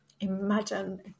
Imagine